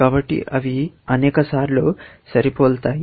కాబట్టి అవి అనేకసార్లు సరిపోలుతాయి